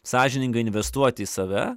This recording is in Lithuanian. sąžiningai investuoti į save